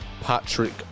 Patrick